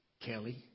Kelly